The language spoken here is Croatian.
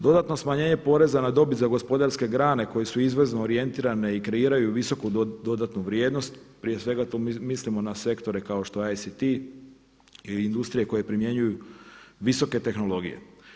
Dodatno smanjenje poreza na dobit za gospodarske grane koje su izvozno orijentirane i kreiraju visoku dodatnu vrijednost, prije svega tu mislimo na sektore kao što je ACT i industrije koje primjenjuj visoke tehnologije.